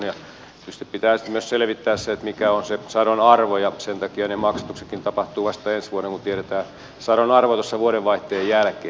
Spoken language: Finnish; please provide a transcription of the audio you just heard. tietysti pitää myös selvittää se mikä on sadon arvo ja sen takia maksatuksetkin tapahtuvat vasta ensi vuonna kun tiedetään sadon arvo vuodenvaihteen jälkeen